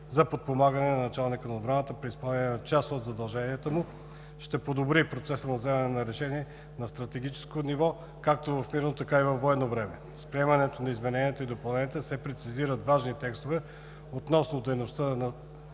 за подпомагане на началника на отбраната при изпълнение на част от задълженията му, ще подобри процеса на вземане на решение на стратегически ниво, както в мирно, така и във военно време. С приемането на измененията и допълненията се прецизират важни текстове относно дейността по